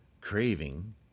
craving